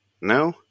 No